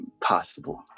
possible